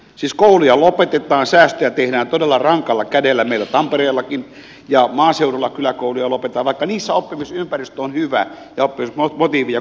siis kouluja lopetetaan säästöjä tehdään todella rankalla kädellä meillä tampereellakin ja maaseudulla kyläkouluja lopetetaan vaikka niissä oppimisympäristö on hyvä ja oppimismotiivi ja koulurauha on hyvä